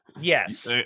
yes